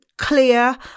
clear